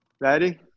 Ready